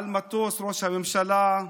על מטוס ראש הממשלה,